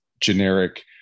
generic